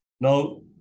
Now